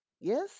yes